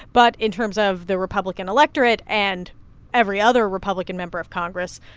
but in terms of the republican electorate and every other republican member of congress,